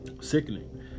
sickening